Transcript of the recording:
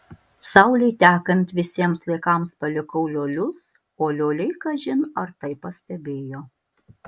saulei tekant visiems laikams palikau liolius o lioliai kažin ar tai pastebėjo